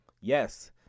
Yes